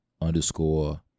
underscore